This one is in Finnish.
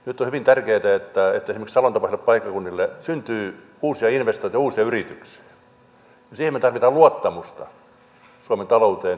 nyt on hyvin tärkeätä että esimerkiksi salon tapaisille paikkakunnille syntyy uusia investointeja uusia yrityksiä ja siihen me tarvitsemme luottamusta suomen talouteen